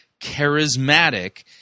charismatic